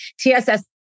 TSS